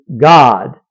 God